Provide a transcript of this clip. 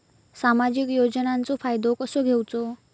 सामाजिक योजनांचो फायदो कसो घेवचो?